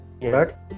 yes